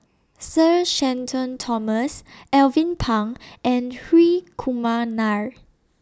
Sir Shenton Thomas Alvin Pang and Hri Kumar Nair